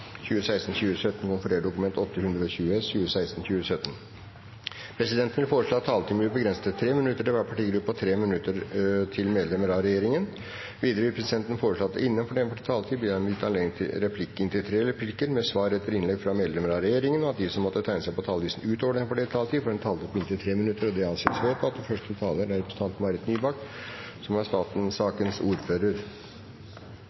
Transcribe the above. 2016. Flere har ikke bedt om ordet til sak nr. 11. Etter ønske fra kontroll- og konstitusjonskomiteen vil presidenten foreslå at taletiden blir begrenset til 20 minutter til saksordføreren, 15 minutter til de øvrige partienes hovedtalspersoner og 15 minutter til medlemmer av presidentskapet. Presidenten vil videre foreslå at det ikke blir gitt anledning til replikker, og at de som måtte tegne seg på talerlisten utover den fordelte taletid, får en taletid på inntil 3 minutter. – Det anses